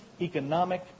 economic